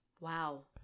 Wow